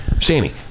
Sammy